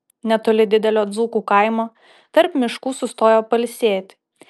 netoli didelio dzūkų kaimo tarp miškų sustojo pailsėti